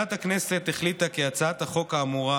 ועדת הכנסת החליטה כי הצעת החוק האמורה